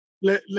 le